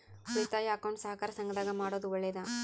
ಉಳಿತಾಯ ಅಕೌಂಟ್ ಸಹಕಾರ ಸಂಘದಾಗ ಮಾಡೋದು ಒಳ್ಳೇದಾ?